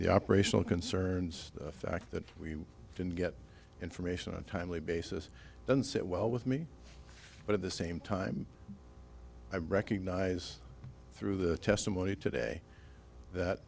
the operational concerns the fact that we can get information on a timely basis then sit well with me but at the same time i recognize through the testimony today that